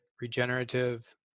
regenerative